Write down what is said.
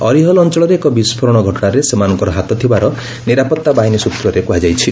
ଅରିହଲ ଅଞ୍ଚଳରେ ଏକ ବିସ୍ଫୋରଣ ଘଟଣାରେ ସେମାନଙ୍କର ହାତଥିବାର ନିରାପଭାବାହିନୀ ସୂତ୍ରରେ କୁହାଯାଇଛି